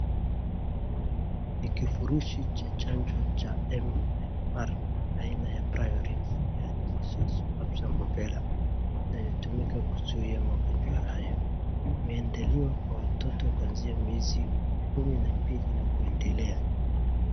Ni kifurushi cha chanjo cha MMR aina ya priorix yaani measles, mumps and rubella inayotumika kuzuia magonjwa hayo. Imeandaliwa kwa watoto kuanzia miezi kumi na mbili na kuendelea.